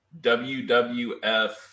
WWF